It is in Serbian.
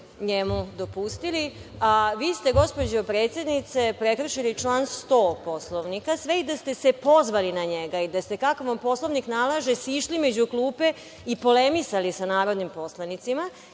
njemu dopustili. Gospođo predsednice, vi ste prekršili član 100. Poslovnika, sve i da ste se pozvali na njega i da ste, kako vam Poslovnik nalaže, sišli među klupe i polemisali sa narodnim poslanicima,